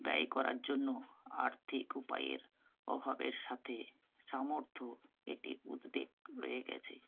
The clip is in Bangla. ব্যয় করার জন্য আর্থিক উপায়ের অভাবের সাথে সামর্থ্য একটি উদ্বেগ রয়ে গেছে